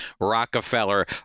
Rockefeller